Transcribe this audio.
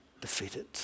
defeated